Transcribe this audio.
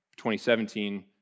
2017